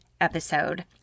episode